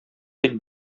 тик